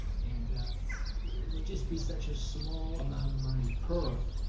and it would just be such a small amount of money per,